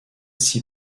six